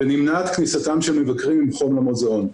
ונמנעת כניסתם של מבקרים עם חום למוזיאון.